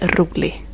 rolig